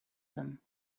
them